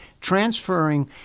transferring